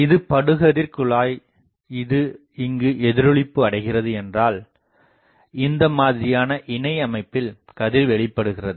இது படுகதிர் குழாய் இது இங்கு எதிரொளிப்பு அடைகிறது என்றால் இந்த மாதிரியான இணைஅமைப்பில் கதிர் வெளிப்படுகிறது